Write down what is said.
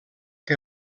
que